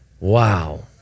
Wow